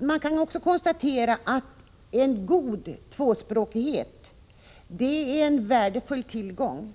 Man kan också konstatera att en god tvåspråkighet är en värdefull tillgång.